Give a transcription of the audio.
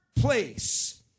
place